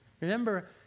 Remember